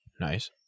Nice